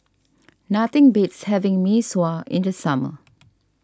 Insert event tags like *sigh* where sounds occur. nothing beats having Mee Sua in the summer *noise*